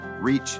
reach